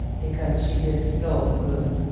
because she is so good.